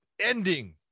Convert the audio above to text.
ending